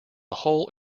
hole